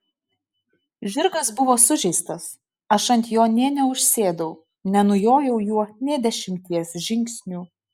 žirgas buvo sužeistas aš ant jo nė neužsėdau nenujojau juo nė dešimties žingsnių